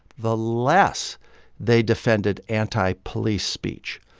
the less they defended anti-police speech.